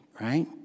right